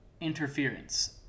interference